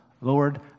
Lord